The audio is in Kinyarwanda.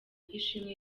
ishimwe